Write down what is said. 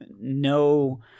No